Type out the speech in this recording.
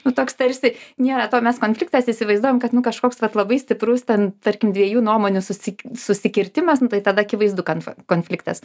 nu toks tarsi nėra to mes konfliktas įsivaizduojam kad nu kažkoks vat labai stiprus ten tarkim dviejų nuomonių susik susikirtimas nu tai tada akivaizdu kad konfliktas